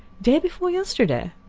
day before yesterday!